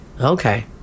okay